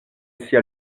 sia